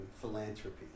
philanthropy